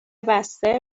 بسته